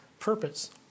purpose